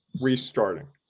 restarting